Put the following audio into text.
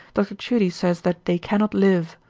dr. tschudi says that they cannot live.